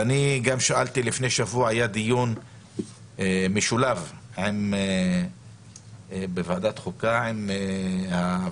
אני גם שאלתי לפני שבוע בדיון המשולב בוועדת חוקה עם וועדת